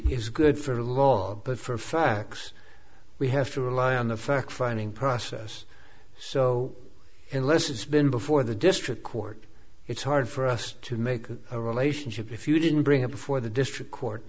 is good for the law but for facts we have to rely on a fact finding process so unless it's been before the district court it's hard for us to make a relationship if you didn't bring up before the district court